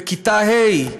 בכיתה ה'.